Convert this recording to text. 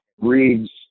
reads